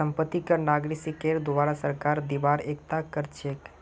संपत्ति कर नागरिकेर द्वारे सरकारक दिबार एकता कर छिके